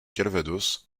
calvados